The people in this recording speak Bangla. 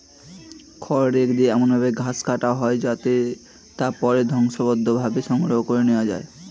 খড় রেক দিয়ে এমন ভাবে ঘাস কাটা হয় যাতে তা পরে সংঘবদ্ধভাবে সংগ্রহ করে নেওয়া যায়